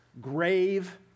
grave